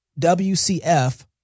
WCF